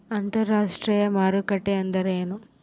ಅಂತರಾಷ್ಟ್ರೇಯ ಮಾರುಕಟ್ಟೆ ಎಂದರೇನು?